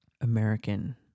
American